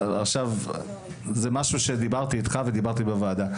זה משהו שדיברתי איתך ודיברתי בוועדה.